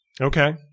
Okay